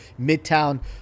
Midtown